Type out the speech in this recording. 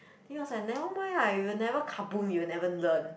then he was like never mind ah if you never kaboom you will never learn